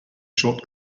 short